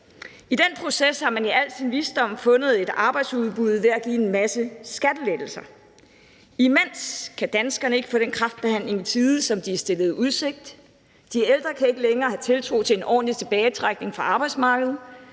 i den proces har man i al sin visdom fundet et arbejdsudbud ved at give en masse skattelettelser. Imens kan danskerne ikke få den kræftbehandling i tide, som de er stillet i udsigt; de ældre kan ikke længere have tiltro til en ordentlig tilbagetrækning fra arbejdsmarkedet;